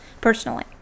personally